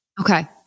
Okay